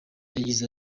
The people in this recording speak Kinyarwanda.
yagize